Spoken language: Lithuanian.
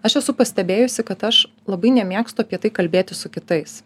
aš esu pastebėjusi kad aš labai nemėgstu apie tai kalbėti su kitais